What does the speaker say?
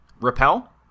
Repel